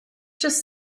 just